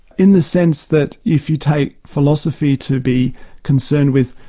in the sense that if you take philosophy to be concerned with,